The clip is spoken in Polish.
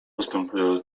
postępują